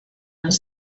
els